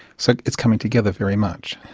so it's coming together very much.